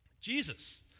Jesus